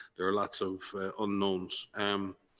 there are lots of unknown. um